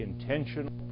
intentional